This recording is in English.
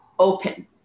Open